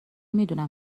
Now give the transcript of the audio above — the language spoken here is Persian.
میدونم